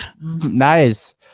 nice